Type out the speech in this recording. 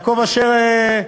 יעקב אשר,